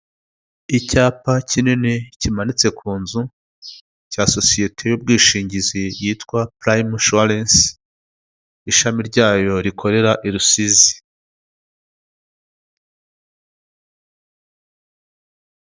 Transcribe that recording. Icyapa kinini kimanitse ku nzu, cya sosiyete y'ubwishingizi yitwa purayimu shuwarensi, ishami ryayo rikorera i Rusizi.